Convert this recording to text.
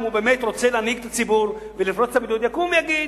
אם הוא באמת רוצה להנהיג את הציבור ולפרוץ את הבידוד יקום ויגיד: